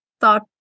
thought